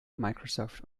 microsoft